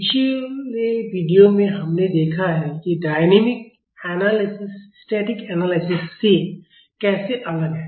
पिछले वीडियो में हमने देखा है कि डायनेमिक एनालिसिस स्टैटिक एनालिसिस से कैसे अलग है